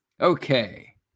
okay